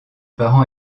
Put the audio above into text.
parents